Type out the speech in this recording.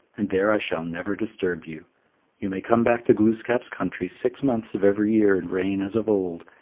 and there i shall never disturb you you may come back to glooskap's country six months of every year and reign as of old,